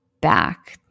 back